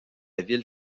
ville